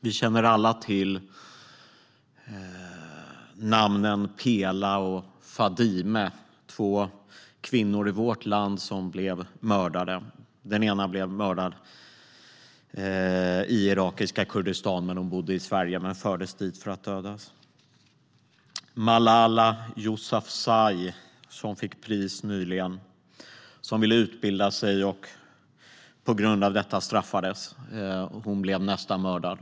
Vi känner alla till namnen Pela och Fadime. Det var två kvinnor i vårt land som blev mördade. Den ena blev mördad i irakiska Kurdistan. Hon bodde i Sverige men fördes dit för att dödas. Malala Yousafzai, som nyligen fick pris, ville utbilda sig. På grund av detta straffades hon. Hon blev nästan mördad.